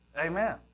Amen